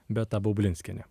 beata baublinskienė